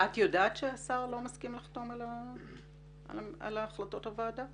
את יודעת שהשר לא מסכים לחתום על החלטות הוועדה?